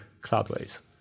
Cloudways